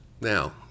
Now